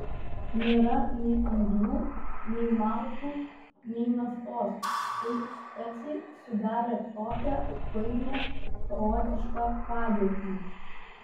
nėra nei anglių nei malkų nei naftos tai specai sudarė tokią painią chaotišką padėtį